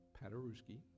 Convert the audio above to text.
Paderewski